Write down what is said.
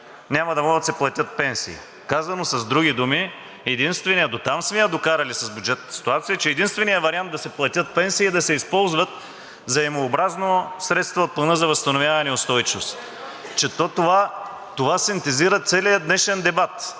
няма да могат да се платят пенсии! Казано с други думи: дотам сме я докарали с бюджетната ситуация, че единственият вариант да се платят пенсии е да се използват взаимообразно средства от Плана за възстановяване и устойчивост! Че то това – това синтезира целия днешен дебат!